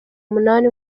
umunani